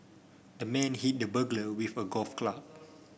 the man hit the burglar with a golf club